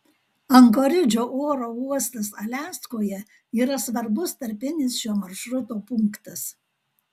ankoridžo oro uostas aliaskoje yra svarbus tarpinis šio maršruto punktas